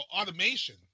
automation